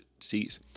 seats